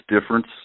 difference